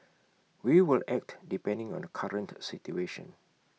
we will act depending on the current situation